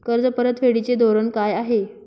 कर्ज परतफेडीचे धोरण काय आहे?